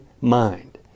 mind